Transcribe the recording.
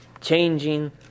changing